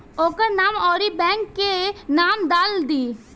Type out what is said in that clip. ओकर नाम अउरी बैंक के नाम डाल दीं